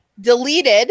deleted